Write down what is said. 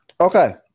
okay